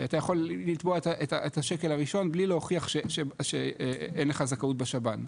אתה יכול לתבוע את השקל הראשון בלי להוכיח שאין לך זכאות בשב"ן.